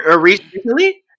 recently